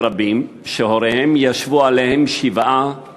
רבים שהוריהם ישבו עליהם שבעה בחייהם.